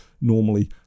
normally